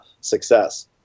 success